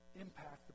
Impact